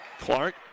Clark